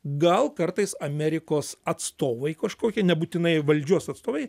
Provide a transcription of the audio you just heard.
gal kartais amerikos atstovai kažkokie nebūtinai valdžios atstovai